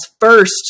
first